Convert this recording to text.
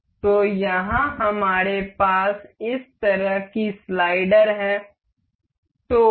तो यहाँ हमारे पास इस तरह की स्लाइडर है